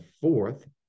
fourth